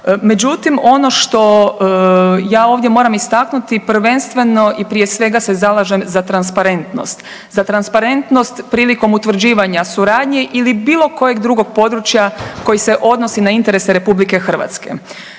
Međutim, ono što ja ovdje moram istaknuti prvenstveno i prije svega se zalažem za transparentnost, za transparentnost prilikom utvrđivanja suradnje ili bilo kojeg drugog područja koji se odnosi na interese Republike Hrvatske.